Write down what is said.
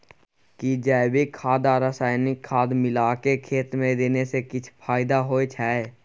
कि जैविक खाद आ रसायनिक खाद मिलाके खेत मे देने से किछ फायदा होय छै?